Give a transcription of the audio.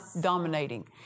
Dominating